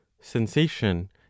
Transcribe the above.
sensation